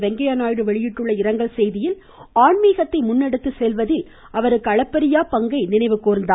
வெங்கையா நாயுடு வெளியிட்டுள்ள இரங்கல் செய்தியில் ஆன்மீகத்தை முன்னெடுத்து சென்றதில் அவரது அளப்பரியா பங்கை நினைவு கூர்ந்தார்